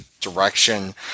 direction